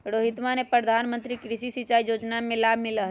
रोहितवा के प्रधानमंत्री कृषि सिंचाई योजना से लाभ मिला हई